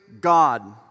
God